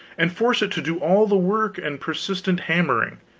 and force it to do all the work and persistent hammering,